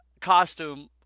costume